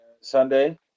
sunday